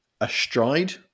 astride